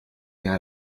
jahr